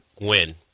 win